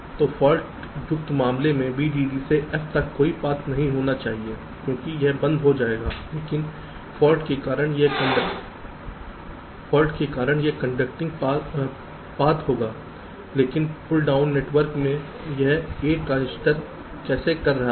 तो फॉल्ट मुक्त मामले में VDD से F तक कोई पाथ नहीं होना चाहिए क्योंकि यह बंद हो जाएगा लेकिन फॉल्ट के कारण एक कंडक्टिंग पथ होगा लेकिन पुल डाउन नेटवर्क में यह A ट्रांजिस्टर कौन कर रहा है